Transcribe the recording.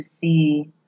see